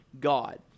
God